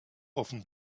often